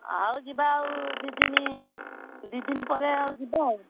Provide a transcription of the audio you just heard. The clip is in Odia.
ଆଉ ଯିବା ଆଉ ଦୁଇଦିନ ଦୁଇଦିନ ପରେ ଆଉ ଯିବା ଆଉ